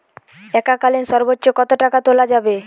এককালীন সর্বোচ্চ কত টাকা তোলা যাবে?